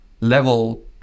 level